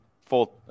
full